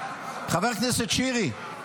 חבר הכנסת שירי,